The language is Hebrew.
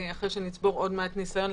אחרי שנצבור עוד מעט ניסיון,